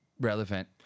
relevant